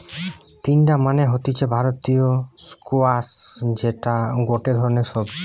তিনডা মানে হতিছে ভারতীয় স্কোয়াশ যেটা গটে ধরণের সবজি